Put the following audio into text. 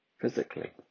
physically